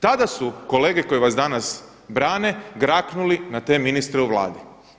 Tada su kolege koje vas danas brane graknuli na te ministre u Vladi.